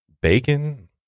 bacon